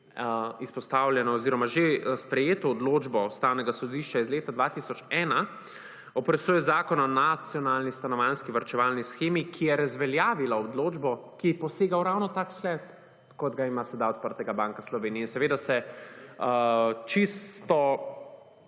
izpostavljeno oziroma že sprejeto odločbo Ustavnega sodišča iz leta 2001 o presoji o presoji Zakona o nacionalni stanovanjski varčevalni shemi, ki je razveljavila odločbo, ki posega v ravno tak sklep kot ga ima sedaj odprtega Banka Slovenije in seveda se čisto